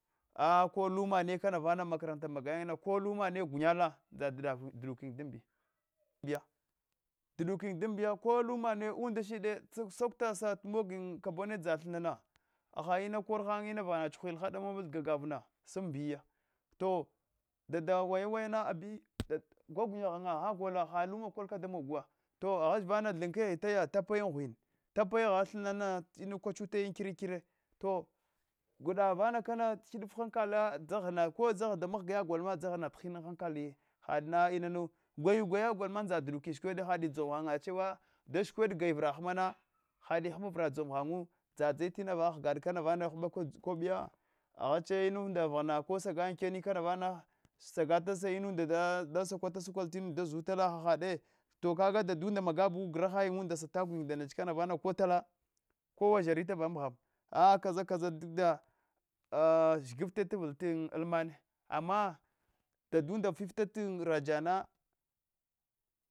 A kone lumanne kana vana makaranta magayina ko luma ne gunyala ndza dau duduk yin damdiya dydykayin dandiya ko uimane umla shid sakuta sa tamog yin kabuna dzayin thinna na hahad ina kor han inava chughuils ha domal an gagavna sa andiya to dada waya waya na abi gwagunya ghanya ghan gol ha inanna kal ka damogwa ha luma kol ka mogwa to aghach kana vana thin keghe yaya tapayin ghuvin tag agha thinnana se ina kwachutal an kire kire to gwada vana kana him ko anhankal dzaghana ko dzaghana damghga yagol dzaghanat hinan hankdi handna inanu gu laya gway gol ma ndza duduki shiwe hadi dzom ghannya da chewa da shukwed gai vrahamana hadi vra hamana dozom t ghanwu dzadzai tina vaghggad kabiwa afghache ko inunda vaghara ko sagana ankenya kana vana sagata sa iunda da sukwatal da zutala hahade to kaga dadmunda magabu grahanyi wunda sat gulayin nda neche kana vana kotala kowa zharita kana va amgham a kaza kaza duk da zhigifts taul ta almane ama dadunda fita tin tajana